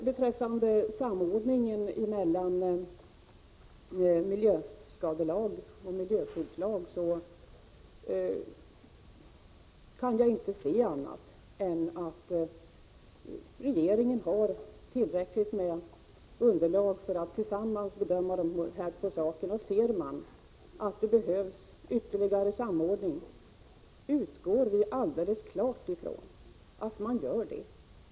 Beträffande en samordning mellan miljöskadelagen och miljöskyddslagen kan jag inte se annat än att regeringen har tillräckligt med underlag för att bedöma detta. Om man ser att det behövs ytterligare samordning utgår vi helt klart ifrån att man vidtar sådana åtgärder.